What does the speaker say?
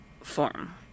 form